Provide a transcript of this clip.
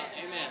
Amen